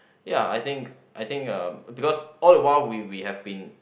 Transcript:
ya I think I think uh because all the while we we have been